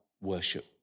worship